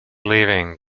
leaving